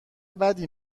بدی